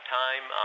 time